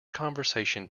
conversation